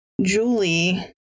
julie